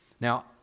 Now